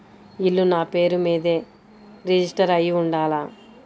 ఇల్లు నాపేరు మీదే రిజిస్టర్ అయ్యి ఉండాల?